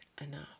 enough